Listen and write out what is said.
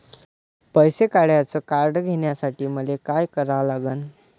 पैसा काढ्याचं कार्ड घेण्यासाठी मले काय करा लागन?